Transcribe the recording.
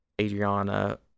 Adriana